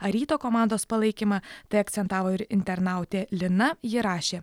ar ryto komandos palaikymą tai akcentavo ir internautė lina ji rašė